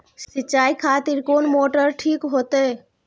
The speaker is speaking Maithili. सीचाई खातिर कोन मोटर ठीक होते?